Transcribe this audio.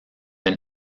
than